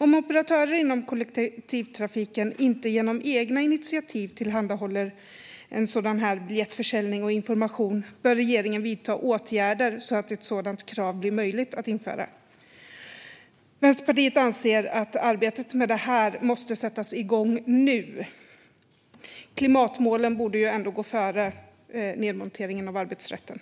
Om operatörer inom kollektivtrafiken inte genom egna initiativ tillhandahåller sådan biljettförsäljning och information bör regeringen vidta åtgärder så att ett sådant krav blir möjligt att införa. Vänsterpartiet anser att arbetet med det här måste sättas igång nu . Klimatmålen borde väl ändå gå före nedmonteringen av arbetsrätten.